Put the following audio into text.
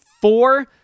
four